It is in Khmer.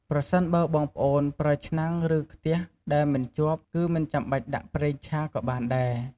ប្រសិនបើបងប្អូន ប្រើឆ្នាំង ឬ ខ្ទិះដែលមិនជាប់ គឺមិនចាំបាច់ដាក់ប្រេងឆាក៏បានដែរ។